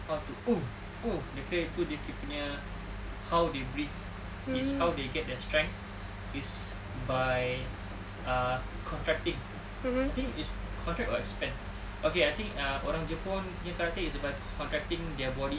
how to oo oo dia kira itu dia punya how they breathe is how they get their strengths is by uh contracting I think it's contract or expand okay I think ah orang jepun punya karate is by contracting their body